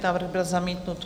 Návrh byl zamítnut.